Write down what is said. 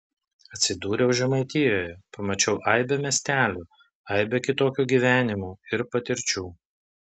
atsidūriau žemaitijoje pamačiau aibę miestelių aibę kitokių gyvenimų ir patirčių